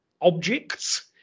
objects